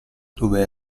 dove